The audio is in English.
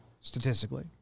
Statistically